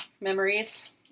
memories